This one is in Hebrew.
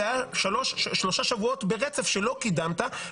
זה היה שלושה שבועות ברצף שלא קידמת,